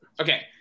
Okay